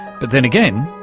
but then again,